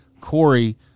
Corey